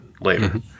later